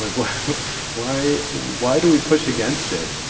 like but why why do we push against it?